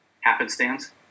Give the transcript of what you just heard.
happenstance